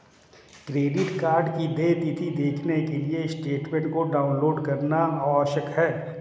credit card की देय तिथी देखने के लिए स्टेटमेंट को डाउनलोड करना आवश्यक है